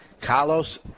Carlos